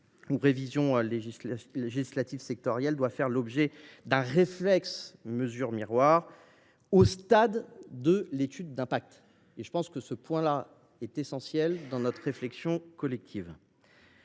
ou révision de législation sectorielle doit faire l’objet d’un réflexe mesure miroir au stade de l’étude d’impact. Je pense qu’il s’agit d’un point essentiel dans notre réflexion collective.